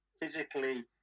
Physically